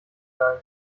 sein